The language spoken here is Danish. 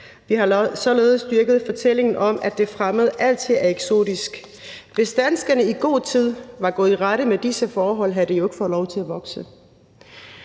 Vi har således dyrket fortællingen om, at det fremmede altid er eksotisk. Hvis danskerne i god tid var gået i rette med disse forhold, havde de jo ikke fået lov til at vokse.